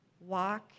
Walk